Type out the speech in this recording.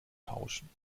tauschen